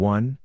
one